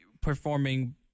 performing